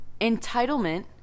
Entitlement